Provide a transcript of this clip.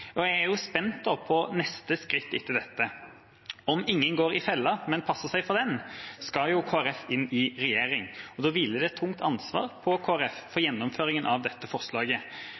Og jeg er spent på neste skritt etter dette. Om ingen går i fella, men passer seg for den, skal Kristelig Folkeparti inn i regjering, og da hviler det et tungt ansvar på Kristelig Folkeparti for gjennomføringen av dette forslaget.